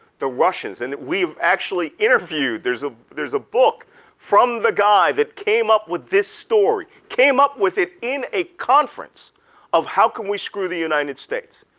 the russians, and we've actually interviewed, there's ah there's a book from the guy that came up with this story, came up with it in a conference of how can we screw the united states?